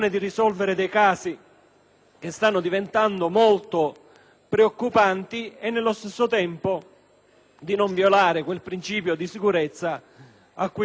che stanno diventando molto preoccupanti e, nello stesso tempo, di non violare quel principio di sicurezza a cui il Governo si rifà.